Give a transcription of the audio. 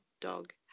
dog